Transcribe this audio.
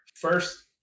first